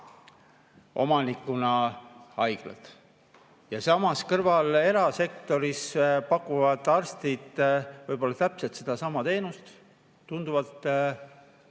omanduses haiglad. Ja samas kõrval erasektoris pakuvad arstid võib-olla täpselt sedasama teenust tunduvalt